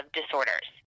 disorders